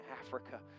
Africa